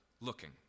looking